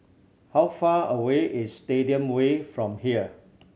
how far away is Stadium Way from here